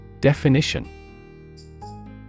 Definition